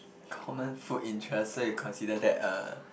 common food interest so you consider that a